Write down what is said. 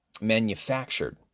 manufactured